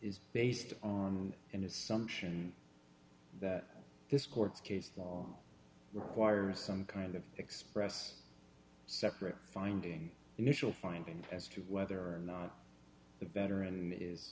is based on an assumption that this court case law requires some kind of express separate finding initial findings as to whether or not the veteran is